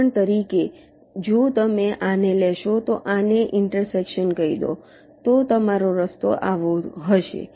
ઉદાહરણ તરીકે જો તમે આને લેશો તો આને ઇન્ટરસેક્શન કહી દો તો તમારો રસ્તો આવો હશે